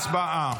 הצבעה.